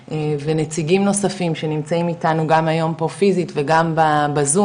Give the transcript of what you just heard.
ונציגים נוספים שנמצאים איתנו גם היום פה פיסית וגם בזום